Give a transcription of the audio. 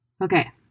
Okay